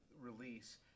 release